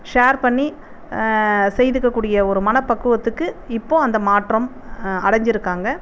share பண்ணி செய்துக்கக்கூடிய ஒரு மனப்பக்குவத்துக்கு இப்போ அந்த மாற்றம் அடஞ்சுருக்காங்க